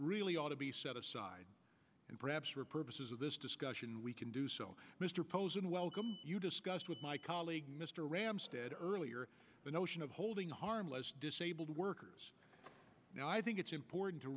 really ought to be set aside and perhaps for purposes of this discussion we can do so mr posen welcome you discussed with my colleague mr ramstad earlier the notion of holding harmless disabled workers now i think it's important to